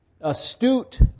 astute